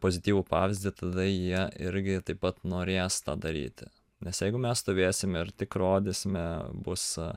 pozityvų pavyzdį tada jie irgi taip pat norės tą daryti nes jeigu mes stovėsime ir tik rodysime bus